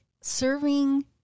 serving